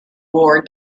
war